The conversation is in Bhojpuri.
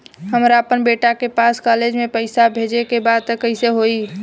हमरा अपना बेटा के पास कॉलेज में पइसा बेजे के बा त कइसे होई?